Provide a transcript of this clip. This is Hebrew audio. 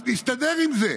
אז נסתדר עם זה.